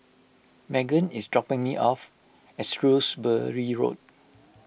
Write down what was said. Meggan is dropping me off at Shrewsbury Road